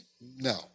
No